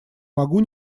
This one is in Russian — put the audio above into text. могу